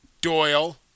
Doyle